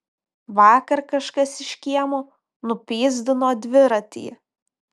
vakar kažkas iš kiemo nupyzdino dviratį